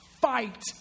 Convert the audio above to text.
fight